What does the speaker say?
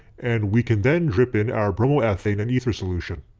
and we can then drip in our bromoethane and ether solution.